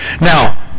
Now